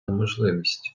можливості